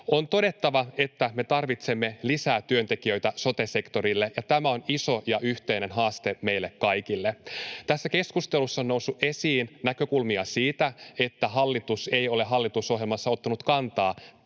On todettava, että me tarvitsemme lisää työntekijöitä sote-sektorille, ja tämä on iso ja yhteinen haaste meille kaikille. Tässä keskustelussa on noussut esiin näkökulmia siitä, että hallitus ei ole hallitusohjelmassa ottanut kantaa